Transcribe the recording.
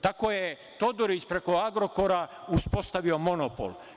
Tako je Todorić preko „Agrokora“ uspostavio monopol.